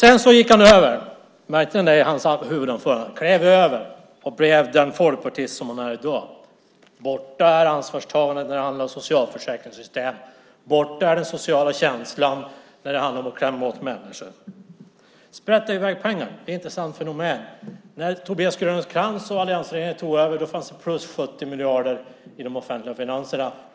Sedan gick Tobias Krantz vidare och blev den folkpartist som han är i dag. Borta är ansvarstagandet när det handlar om socialförsäkringssystem. Borta är den sociala känslan när det handlar om att klämma åt människor. Tobias Krantz talar om att sprätta i väg pengar. Det är ett intressant fenomen. När Tobias Krantz och alliansregeringen tog över var det plus 70 miljarder kronor i de offentliga finanserna.